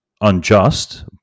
unjust